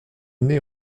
née